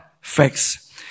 facts